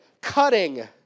cutting